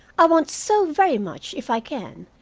i want so very much, if i can,